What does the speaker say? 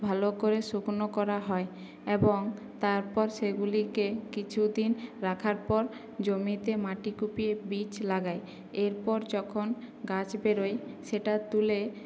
ভালো করে শুকনো করা হয় এবং তারপর সেগুলিকে কিছুদিন রাখার পর জমিতে মাটি কুপিয়ে বীজ লাগাই এরপর যখন গাছ বেরোয় সেটা তুলে